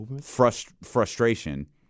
frustration